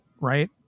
right